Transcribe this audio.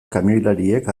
kamioilariek